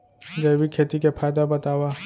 जैविक खेती के फायदा बतावा?